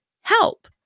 help